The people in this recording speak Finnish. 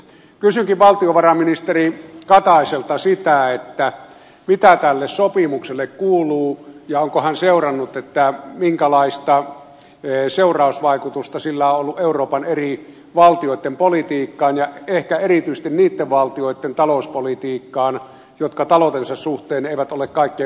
kysynkin valtiovarainministeri kataiselta mitä tälle sopimukselle kuuluu ja onko hän seurannut minkälaista seurausvaikutusta sillä on ollut euroopan eri valtioitten politiikkaan ja ehkä erityisesti niitten valtioitten talouspolitiikkaan jotka taloutensa suhteen eivät ole kaikkein vahvimmassa asemassa